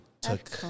took